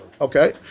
Okay